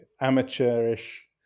amateurish